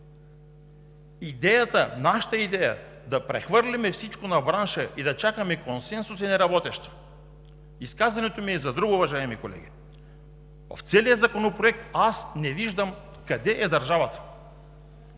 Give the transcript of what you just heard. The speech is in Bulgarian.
Нашата идея да прехвърлим всичко на бранша и да чакаме консенсус е неработеща. Изказването ми е за друго, уважаеми колеги. В целия законопроект аз не виждам къде е държавата.